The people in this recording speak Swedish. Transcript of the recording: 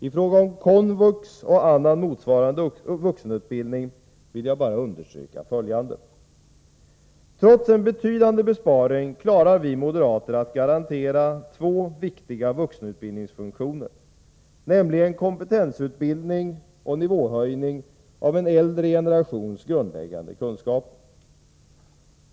I fråga om komvux och annan motsvarande vuxenutbildning vill jag bara understryka följande: Trots en betydande besparing klarar vi moderater att garantera två viktiga vuxenutbildningsfunktioner, nämligen kompetensutbildning och nivåhöjning av en äldre generations grundläggande kunskaper.